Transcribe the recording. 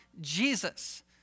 Jesus